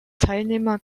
teilnehmer